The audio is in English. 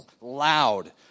loud